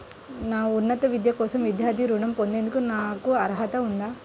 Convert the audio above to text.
నా ఉన్నత విద్య కోసం విద్యార్థి రుణం పొందేందుకు నాకు అర్హత ఉందా?